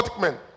men